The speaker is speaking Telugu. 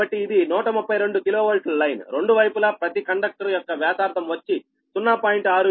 కాబట్టి ఇది 132 KV లైన్ రెండు వైపులా ప్రతి కండక్టర్ యొక్క వ్యాసార్థం వచ్చి 0